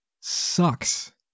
sucks